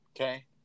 Okay